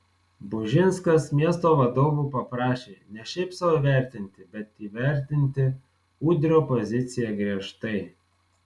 bužinskas miesto vadovų paprašė ne šiaip sau įvertinti bet įvertinti udrio poziciją griežtai